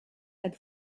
had